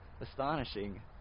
astonishing